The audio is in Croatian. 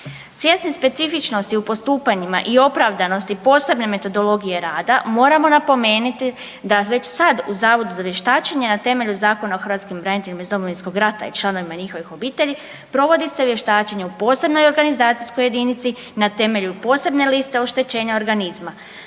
Svjesni specifičnosti u postupanjima i opravdanosti posebne metodologije rada moramo napomenuti da već sad u Zavodu za vještačenje na temelju Zakona o hrvatskim braniteljima iz Domovinskog rata i članovima njihovih obitelji provodi se vještačenje u posebnoj organizacijskoj jedinici na temelju posebne liste oštećenja organizma.